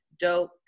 dope